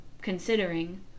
considering